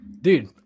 dude